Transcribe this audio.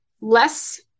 less